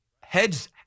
heads